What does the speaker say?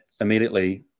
immediately